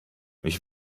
ich